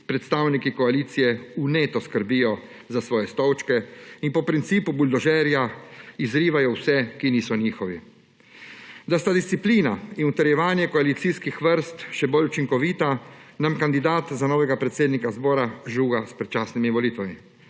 predstavniki koalicije vneto skrbijo za svoje stolčke in po principu buldožerja izrivajo vse, ki niso njihovi. Da sta disciplina in utrjevanje koalicijskih vrst še bolj učinkovita, nam kandidat za novega predsednika zbora žuga s predčasnimi volitvami.